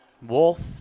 Wolf